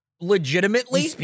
legitimately